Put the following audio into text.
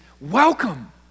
welcome